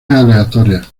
aleatoria